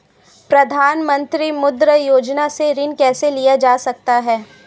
प्रधानमंत्री मुद्रा योजना से ऋण कैसे लिया जा सकता है?